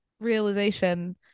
realization